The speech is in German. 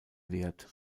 wert